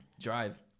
drive